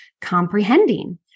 comprehending